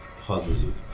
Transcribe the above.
positive